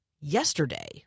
yesterday